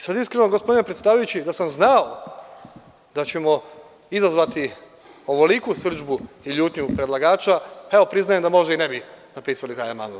Sada, iskreno, gospodine predsedavajući, da sam znao da ćemo izazvati ovoliku srdžbu i ljutnju predlagača, evo, priznajem da možda i ne bi napisali taj amandman.